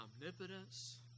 omnipotence